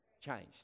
changed